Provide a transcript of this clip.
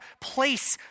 place